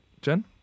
Jen